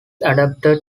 adapted